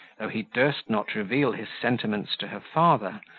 though he durst not reveal his sentiments to her father,